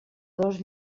dos